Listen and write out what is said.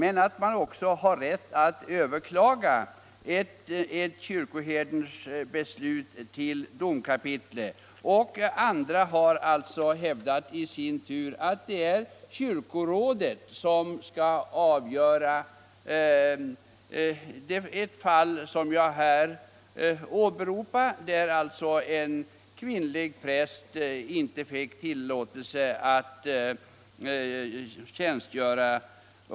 Ett beslut av kyrkoherden skulle också kunna överklagas till domkapitlet. I den andra tolkningen hävdas att det är kyrkorådet som skall avgöra det fall jag här åberopar, där alltså en kvinnlig präst inte fick tillåtelse att tjänstgöra.